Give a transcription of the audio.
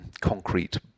concrete